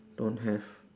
don't have